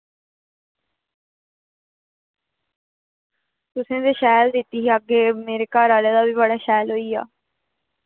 तुसैं ते शैल दित्ती ही अग्गे मेरे घर आह्ले दा बी बड़ा शैल होइया